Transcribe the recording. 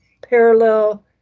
parallel